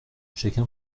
chacun